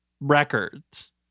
records